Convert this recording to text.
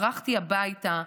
ברחתי הביתה.